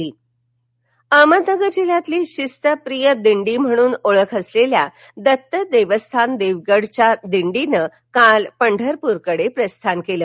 वारी अहमदनगर अहमदनगर जिल्ह्यातील शिस्तप्रिय दिंडी म्हणून ओळख असलेल्या दत्त देवस्थान देवगडच्या दिंडीनं काल पंढरप्र कडे प्रस्थान केलं